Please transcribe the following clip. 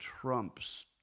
Trumps